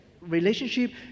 relationship